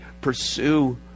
pursue